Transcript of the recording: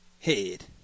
Head